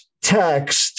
text